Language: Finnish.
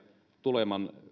tuleman